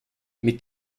mit